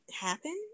happen